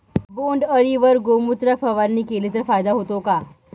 बोंडअळीवर गोमूत्र फवारणी केली तर फायदा होतो का?